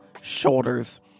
shoulders